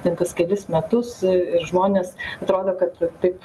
ten kas kelis metus ir žmonės atrodo kad va taip